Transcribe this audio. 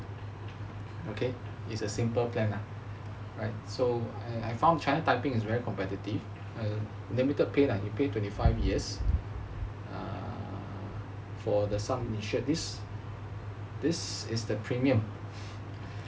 okay is a simple plan lah right so I found china typing is very competitive limited pay lah you pay twenty five years um for the submission this this is the premium